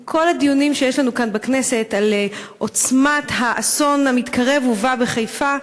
עם כל הדיונים שיש לנו כאן בכנסת על עוצמת האסון המתקרב ובא בחיפה,